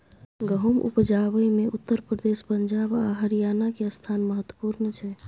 गहुम उपजाबै मे उत्तर प्रदेश, पंजाब आ हरियाणा के स्थान महत्वपूर्ण छइ